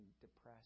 depressed